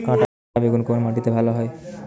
কাঁটা বেগুন কোন মাটিতে ভালো হয়?